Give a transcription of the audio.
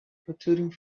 protruding